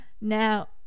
Now